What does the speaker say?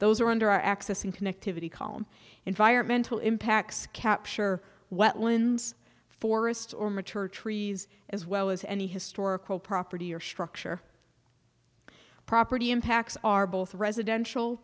those are under accessing connectivity calm environmental impacts capture what lens forests or mature trees as well as any historical property or structure property impacts are both residential